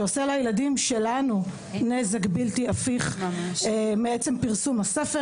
שעושה לילדים שלנו נזק בלתי הפיך מעצם פרסומו.